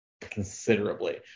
considerably